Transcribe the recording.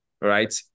right